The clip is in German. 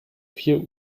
vier